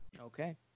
Okay